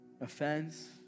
offense